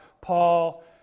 Paul